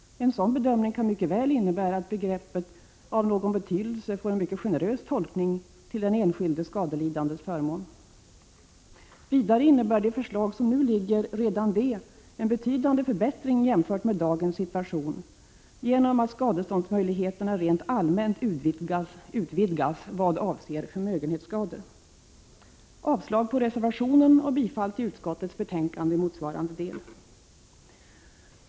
En sådan bedömning kan mycket väl innebära att begreppet ”av någon betydelse” får en mycket generös tolkning till den enskilde skadelidandes förmån. Vidare innebär redan det förslag som nu lagts fram en betydande förbättring jämfört med dagens situation, eftersom skadeståndsmöjligheterna rent allmänt utvidgas i vad avser förmögenhetsskada. Jag yrkar avslag på reservationen och bifall till utskottets hemställan i motsvarande del.